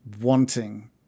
wanting